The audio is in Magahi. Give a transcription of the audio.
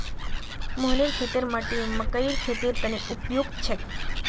मोहनेर खेतेर माटी मकइर खेतीर तने उपयुक्त छेक